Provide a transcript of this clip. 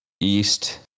east